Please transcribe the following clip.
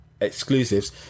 exclusives